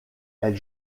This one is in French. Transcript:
elle